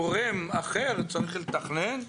גורם אחר צריך לתכנן,